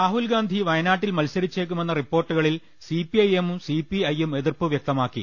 രാഹുൽഗാന്ധി വയനാട്ടിൽ മത്സരിച്ചേക്കുമെന്ന റിപ്പോർട്ടുകളിൽ സിപിഐഎമ്മും സിപിഐയും എതിർപ്പ് വ്യക്തമാക്കി